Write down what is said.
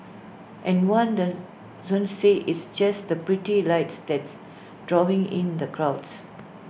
and one docent says it's just the pretty lights that's drawing in the crowds